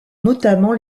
notamment